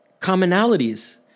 commonalities